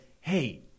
Hey